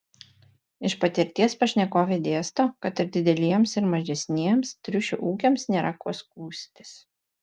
iš patirties pašnekovė dėsto kad ir dideliems ir mažesniems triušių ūkiams nėra kuo skųstis